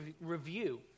review